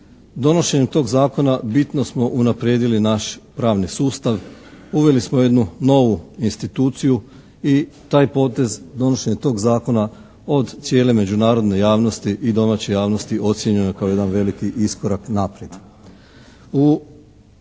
donošenjem tog zakona bitno smo unaprijedili naš pravni sustav, uveli smo jednu novu instituciju i taj potez donošenje tog zakona od cijele međunarodne javnosti i domaće javnosti ocijenjene kao jedan veliki iskorak naprijed.